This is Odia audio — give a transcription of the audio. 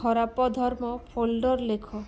ଖରାପ ଧର୍ମ ଫୋଲଡ଼ର୍ ଲେଖ